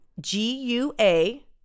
G-U-A